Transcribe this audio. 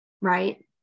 right